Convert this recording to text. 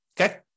Okay